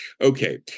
Okay